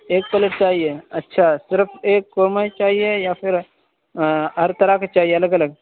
ایک پلیٹ چاہیے اچھا صرف ایک قورمہ ہی چاہیے یا پھر ہر طرح کے چاہیے الگ الگ